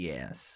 Yes